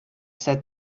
said